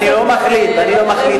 אני לא מחליט, אני לא מחליט.